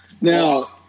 Now